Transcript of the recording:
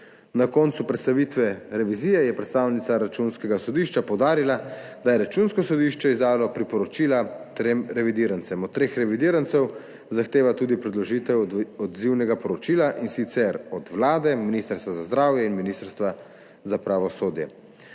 Na koncu predstavitve revizije je predstavnica Računskega sodišča poudarila, da je Računsko sodišče izdalo priporočila trem revidirancem, od treh revidirancev zahteva tudi predložitev odzivnega poročila, in sicer od Vlade, Ministrstva za zdravje in Ministrstva za pravosodje.